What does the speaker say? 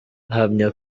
ahamya